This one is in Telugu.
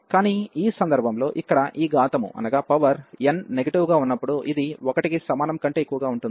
కానీ ఈ సందర్భంలో ఇక్కడ ఈ ఘాతము n నెగటివ్ గా ఉన్నప్పుడు ఇది 1 కి సమానం కంటే ఎక్కువగా ఉంటుంది